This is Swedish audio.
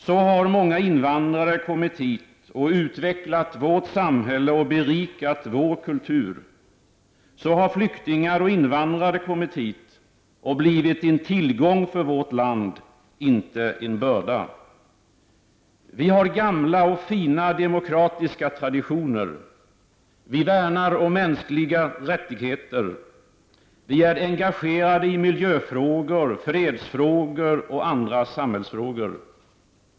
Så har många invandrare kommit hit och utvecklat vårt samhälle och berikat vår kultur. Så har flyktingar och invandrare kommit hit och blivit en tillgång för vårt land — inte en börda. Vi har gamla och fina demokratiska traditioner, vi värnar om mänskliga rättigheter. Vi är engagerade i miljöfrågor, fredsfrågor och andra samhällsfrågor.